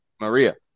Maria